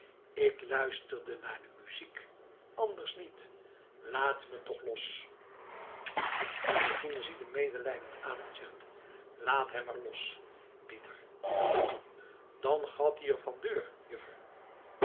ik luisterde naar de muziek anders niet laat me toch los albertine ziet hem medelijdend aan en zegt laat hem maar los pieter dan gaot ie er vandeur